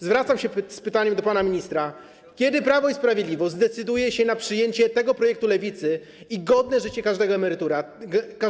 Zwracam się z pytaniem do pana ministra: Kiedy Prawo i Sprawiedliwość zdecyduje się na przyjęcie tego projektu Lewicy i godne życie każdego emeryta?